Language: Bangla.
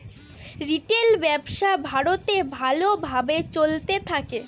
রিটেল ব্যবসা ভারতে ভালো ভাবে চলতে থাকে